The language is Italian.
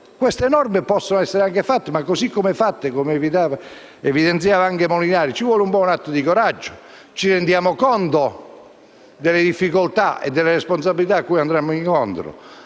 queste norme possono essere anche fatte, ma così - lo evidenziava anche il senatore Molinari - ci vuole un po' un atto di coraggio. Ci rendiamo conto delle difficoltà e delle responsabilità cui andremo incontro?